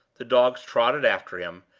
the dogs trotted after him,